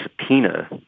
subpoena